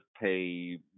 pay